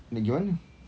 nak gi mana